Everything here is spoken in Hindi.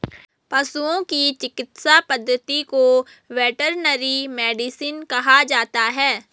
पशुओं की चिकित्सा पद्धति को वेटरनरी मेडिसिन कहा जाता है